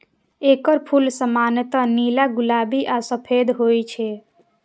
एकर फूल सामान्यतः नीला, गुलाबी आ सफेद होइ छै